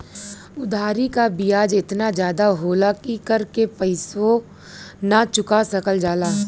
उधारी क बियाज एतना जादा होला कि कर के पइसवो ना चुका सकल जाला